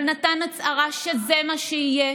אבל הוא נתן הצהרה שזה מה שיהיה,